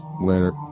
Later